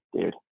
dude